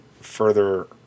further